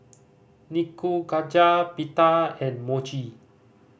Nikujaga Pita and Mochi